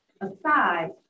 aside